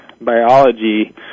biology